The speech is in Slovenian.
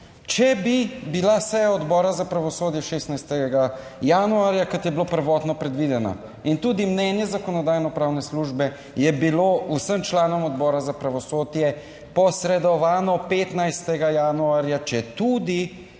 če bi bila seja Odbora za pravosodje 16. januarja, kot je bilo prvotno predvideno. In tudi mnenje Zakonodajno-pravne službe je bilo vsem članom Odbora za pravosodje posredovano 15. januarja, četudi